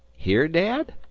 hear, dad?